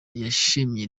yashimye